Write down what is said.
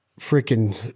freaking